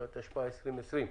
התשפ"א-2020.